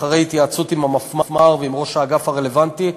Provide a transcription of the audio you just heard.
אחרי התייעצות עם המפמ"ר ועם ראש האגף הרלוונטי,